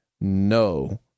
no